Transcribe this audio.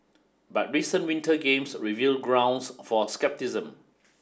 but recent Winter Games reveal grounds for scepticism